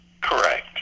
Correct